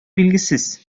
билгесез